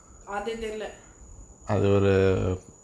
அது தெரில்ல:athu therilla